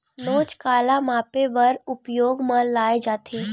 नोच काला मापे बर उपयोग म लाये जाथे?